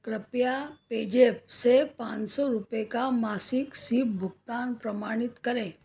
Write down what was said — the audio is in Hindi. कृपया पेजैप से पाँच सौ रुपये का मासिक सिप भुगतान प्रमाणित करें